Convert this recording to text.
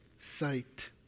sight